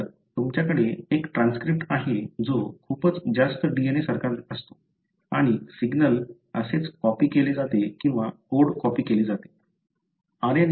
तर तुमच्याकडे एक ट्रान्सक्रिप्ट आहे जो खूपच जास्त DNA सारखाच असतो आणि सिग्नल असेच कॉपी केले जाते किंवा कोड कॉपी केले जाते